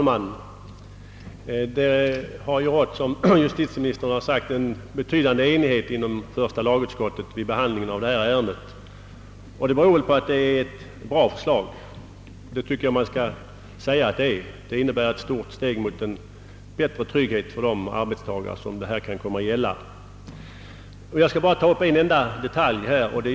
Herr talman! Som justitieministern påpekade har det inom första lagutskottet rått betydande enighet vid behand lingen av detta ärende, och det har väl berott på att förslaget är bra. Det tycker jag också att det är. Det innebär ett stort steg mot större trygghet för de arbetstagare som kan komma att beröras. Sedan skall jag bara ta upp en enda detalj.